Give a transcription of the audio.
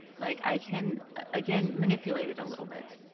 like i can, again, manipulate it a little bit.